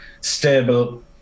stable